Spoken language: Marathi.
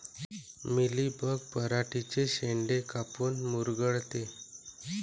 मिलीबग पराटीचे चे शेंडे काऊन मुरगळते?